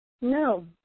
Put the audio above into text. No